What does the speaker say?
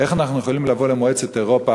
איך אנחנו יכולים לבוא למועצת אירופה